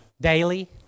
Daily